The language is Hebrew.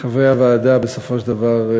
חברי הוועדה בסופו של דבר,